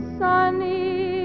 sunny